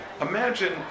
Imagine